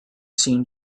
seemed